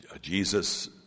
Jesus